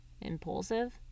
Impulsive